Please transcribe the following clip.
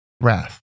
wrath